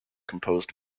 composed